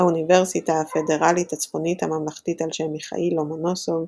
האוניברסיטה הפדרלית הצפונית הממלכתית על שם מיכאיל לומונוסוב